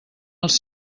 els